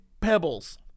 pebbles